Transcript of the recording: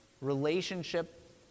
relationship